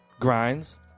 grinds